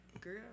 Girl